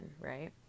right